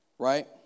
right